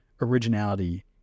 originality